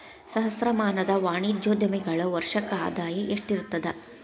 ಸಹಸ್ರಮಾನದ ವಾಣಿಜ್ಯೋದ್ಯಮಿಗಳ ವರ್ಷಕ್ಕ ಆದಾಯ ಎಷ್ಟಿರತದ